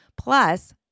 plus